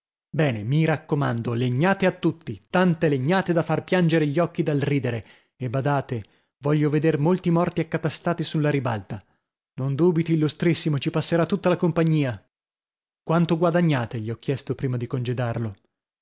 bene mi raccomando legnate a tutti tante legnate da far piangere gli occhi dal ridere e badate voglio veder molti morti accatastati sulla ribalta non dubiti illustrissimo ci passerà tutta la compagnia quanto guadagnate gli ho chiesto prima di congedarlo